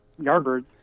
Yardbirds